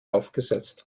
aufgesetzt